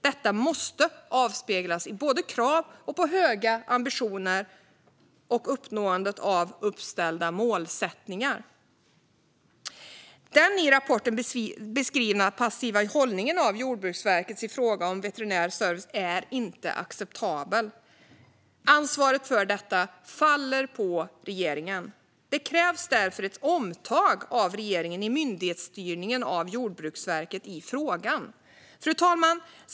Detta måste avspeglas i både krav på höga ambitioner och i uppnåendet av uppställda målsättningar. Den i rapporten beskrivna passiva hållningen av Jordbruksverket i fråga om veterinär service är inte acceptabel. Ansvaret för detta faller på regeringen. Det krävs därför ett omtag av regeringen i myndighetsstyrningen av Jordbruksverket i denna fråga. Fru talman!